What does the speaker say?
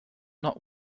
not